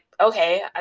okay